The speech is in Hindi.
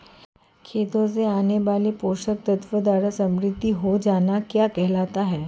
खेतों से आने वाले पोषक तत्वों द्वारा समृद्धि हो जाना क्या कहलाता है?